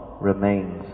remains